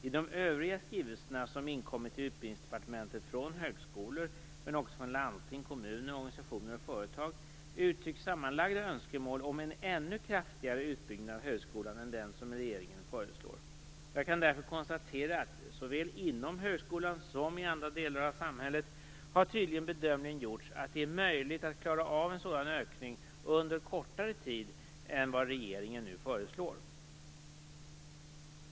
I de övriga skrivelser som inkommit till Utbildningsdepartementet från högskolor, landsting, kommuner, organisationer och företag uttrycks sammanlagda önskemål om en ännu kraftigare utbyggnad av högskolan än den som regeringen föreslår. Jag kan därför konstatera att såväl inom högskolan som i andra delar av samhället har tydligen bedömningen gjorts att det är möjligt att klara av en sådan ökning under kortare tid än vad regeringen nu föreslår.